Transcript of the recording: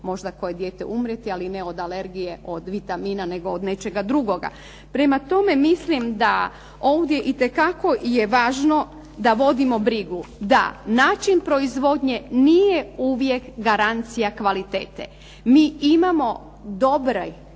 možda koje dijete umrijeti, ali ne od alergije, od vitamina nego od nečega drugoga. Prema tome, mislim da ovdje itekako je važno da vodimo brigu da način proizvodnje nije uvijek garancija kvalitete. Mi imamo dobre